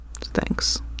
Thanks